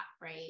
right